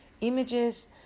images